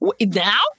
now